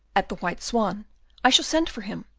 at the white swan i shall send for him,